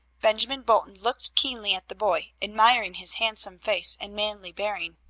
benjamin bolton looked keenly at the boy, admiring his handsome face and manly bearing.